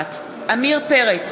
נוכחת עמיר פרץ,